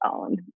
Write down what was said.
own